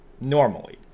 normally